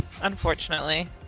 Unfortunately